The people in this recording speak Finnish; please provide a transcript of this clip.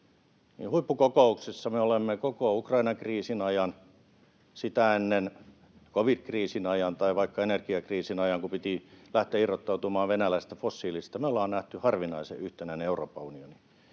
huippukokouksessa koko Ukrainan kriisin ajan — sitä ennen covid-kriisin ajan tai vaikka energiakriisin ajan, kun piti lähteä irrottautumaan venäläisestä fossiilista — me ollaan nähty harvinaisen yhtenäinen Euroopan unioni.